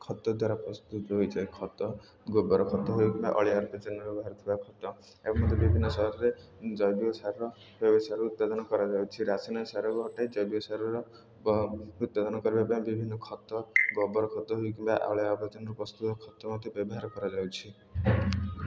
ଖତ ଦ୍ୱାରା ପ୍ରସ୍ତୁତ ହୋଇଥାଏ ଖତ ଗୋବର ଖତ ହୋଇ କିମ୍ବା ଅଳିଆ ଆବର୍ଜନାରୁ ବାହାରି ଥିବା ଖତ ଏବଂ ମଧ୍ୟ ବିଭିନ୍ନ ସହର ରେ ଜୈବିକ ସାରର ବ୍ୟବସାୟ ଉତ୍ପାଦନ କରାଯାଉଛି ରାସାୟନିକ ସାର ଅଟେ ଜୈବିକ ସାରର ଉତ୍ପାଦନ କରିବା ପାଇଁ ବିଭିନ୍ନ ଖତ ଗୋବର ଖତ ହୋଇ କିମ୍ବା ଅଳିଆ ଆବର୍ଜନାର ପ୍ରସ୍ତୁତ ଖତ ମଧ୍ୟ ବ୍ୟବହାର କରାଯାଉଛି